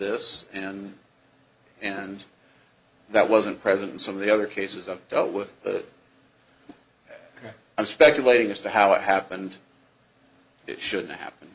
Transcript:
this and and that wasn't present in some of the other cases of dealt with but i'm speculating as to how it happened should happen